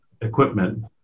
equipment